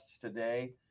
today